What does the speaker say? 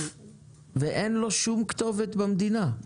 ואין לו שום כתובת במדינה.